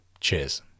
Cheers